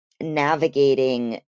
navigating